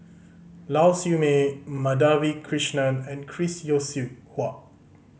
Lau Siew Mei Madhavi Krishnan and Chris Yeo Siew Hua